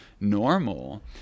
normal